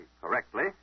correctly